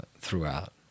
throughout